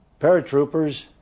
paratroopers